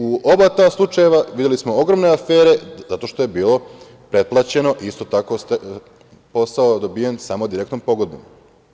U oba ta slučajeva videli smo ogromne afere zato što je bilo pretplaćeno isto tako je posao dobijen samo direktnom pogodbom.